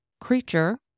creature